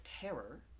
terror